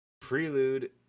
prelude